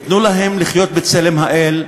תנו להם לחיות בצלם האל,